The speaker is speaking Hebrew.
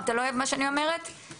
אבל מה שחשוב לנו להגיד הוא קודם כול אנחנו,